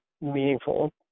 meaningful